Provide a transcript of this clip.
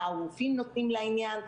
מה הרופאים נותנים לעניין,